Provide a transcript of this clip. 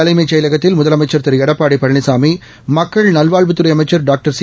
தலைமைச் செயலகத்தில் முதலமைச்சர் திரு எடப்பாடி பழனிசாமி மக்கள் நல்வாழ்வுத்துறை அமைச்சர் டாக்டர் சி